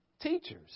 teachers